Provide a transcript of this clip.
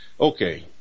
Okay